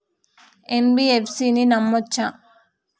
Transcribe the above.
NBFC ని నమ్మచ్చా?